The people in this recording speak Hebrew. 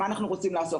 מה אנחנו רוצים לעשות?